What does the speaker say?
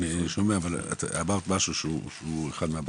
אבל אמרת משהו שהוא אחר מהבעיות.